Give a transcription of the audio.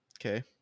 okay